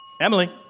Emily